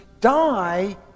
die